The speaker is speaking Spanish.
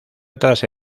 otras